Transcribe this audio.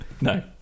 No